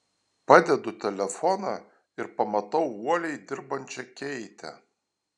padedu telefoną ir pamatau uoliai dirbančią keitę